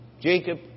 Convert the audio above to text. Jacob